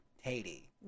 Haiti